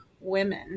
women